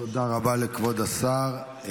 תודה רבה לכבוד השר.